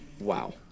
Wow